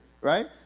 right